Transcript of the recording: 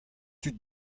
tud